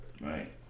Right